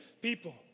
people